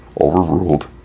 Overruled